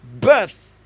birth